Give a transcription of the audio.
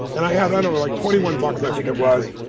and i had, i don't know, like twenty one bucks i think it was.